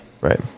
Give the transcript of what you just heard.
right